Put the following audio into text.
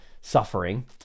suffering